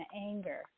anger